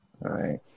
right